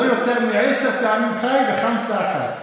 לא יותר מ-10 פעמים ח"י וחמסה אחת.